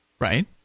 right